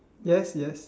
yes yes